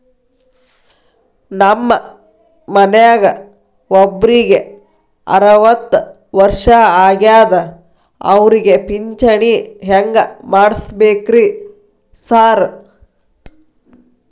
ನಮ್ ಮನ್ಯಾಗ ಒಬ್ರಿಗೆ ಅರವತ್ತ ವರ್ಷ ಆಗ್ಯಾದ ಅವ್ರಿಗೆ ಪಿಂಚಿಣಿ ಹೆಂಗ್ ಮಾಡ್ಸಬೇಕ್ರಿ ಸಾರ್?